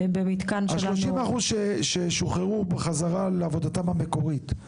אז 30% ששוחררו לעבודתם המקורית,